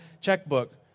checkbook